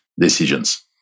decisions